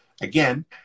again